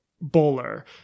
Bowler